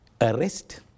arrest